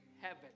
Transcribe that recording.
heaven